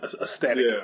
aesthetic